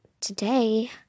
today